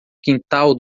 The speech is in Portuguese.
quintal